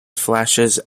flashes